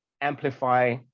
amplify